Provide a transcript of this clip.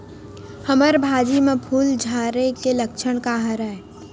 हमर भाजी म फूल झारे के लक्षण का हरय?